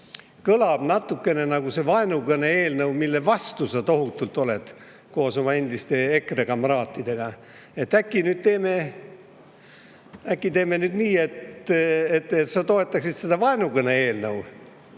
kõlab natukene nagu see vaenukõne eelnõu, mille vastu sa tohutult oled koos oma endiste EKRE kamraadidega, et äkki teeme nüüd nii, et sa toetad seda vaenukõne eelnõu